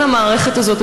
כל המערכת הזאת,